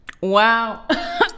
Wow